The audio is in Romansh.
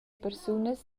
persunas